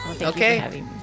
Okay